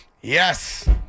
Yes